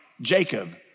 Jacob